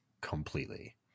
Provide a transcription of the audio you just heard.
completely